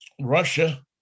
Russia